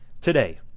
today